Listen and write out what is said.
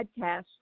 podcast